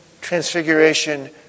transfiguration